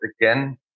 again